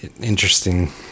interesting